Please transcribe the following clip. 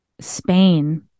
Spain